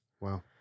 Wow